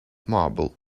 marble